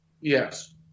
yes